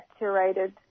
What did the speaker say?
curated